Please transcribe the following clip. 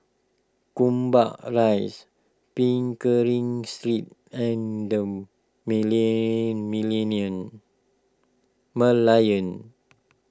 Gombak Rise Pickering Street and the Million Merlion